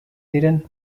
diren